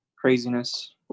craziness